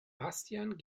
bastian